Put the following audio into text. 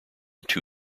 two